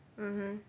mmhmm